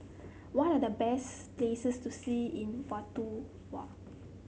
what are the best places to see in Vanuatu